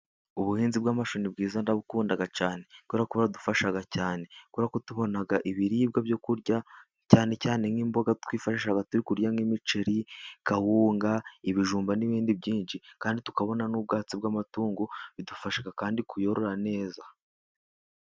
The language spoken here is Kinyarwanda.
Ubuhinzi bw'amashu ni bwiza ndabukunda cyane. kubera ko buradufasha cyane. Kubera ko tubona ibiribwa byo kurya, cyane cyane nk'imboga twifashisha turi kurya nk'imiceri, kawunga, ibijumba n'ibindi byinshi. Kandi tukabona n'ubwatsi bw'amatungo, bidufasha kandi kuyorora neza.